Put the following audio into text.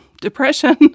depression